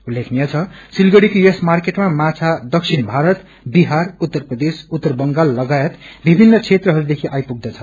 उल्लेखनीय छ सिलगड़ीको यस मार्केटमा माछा दक्षिण भारत बिहार उत्तर प्रदेश उत्तर बंगाल लागायत विभिन्न क्षेत्रहरूदेखि ाईपुग्दछ